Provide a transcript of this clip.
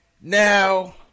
Now